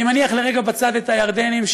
אני מניח לרגע בצד את הירדנים,